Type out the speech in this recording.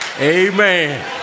amen